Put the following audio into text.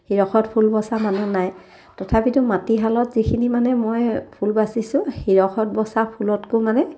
শিৰখত ফুল বচা মানুহ নাই তথাপিতো মাটিশালত যিখিনি মানে মই ফুল বাচিছোঁ শিৰখত বচা ফুলতকৈয়ো মানে